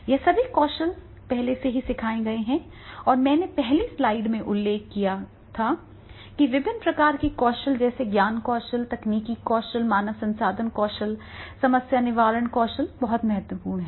ये सभी कौशल पहले से ही सिखाए गए हैं और मैंने पहली स्लाइड में उल्लेख किया है कि विभिन्न प्रकार के कौशल जैसे ज्ञान कौशल तकनीकी कौशल मानव संसाधन कौशल समस्या निवारण कौशल बहुत महत्वपूर्ण हैं